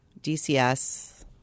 DCS